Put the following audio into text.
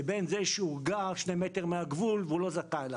לבין זה שהוא גר 2 מטר מהגבול והוא לא זכאי.